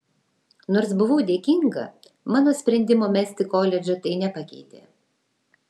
nors buvau dėkinga mano sprendimo mesti koledžą tai nepakeitė